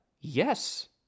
Yes